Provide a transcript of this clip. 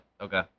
okay